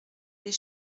des